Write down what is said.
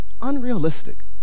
Unrealistic